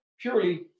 purely